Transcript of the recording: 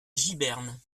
giberne